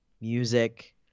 music